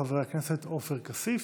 חבר הכנסת עופר כסיף,